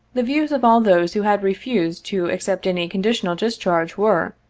the views of all those who had refused to accept any conditional discharge were,